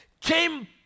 came